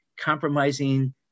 compromising